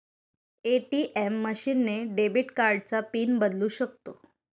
ATM machine ने debit कार्डचा PIN बदलू शकतो